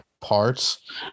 parts